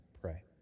pray